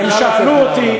הם שאלו אותי,